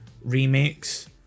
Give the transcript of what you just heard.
remakes